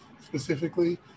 specifically